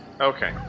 Okay